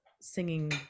singing